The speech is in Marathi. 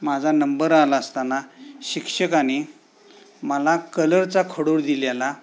माझा नंबर आला असताना शिक्षकांनी मला कलरचा खडू दिलेला